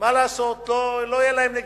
מה לעשות, לא תהיה להם נגישות,